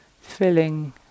filling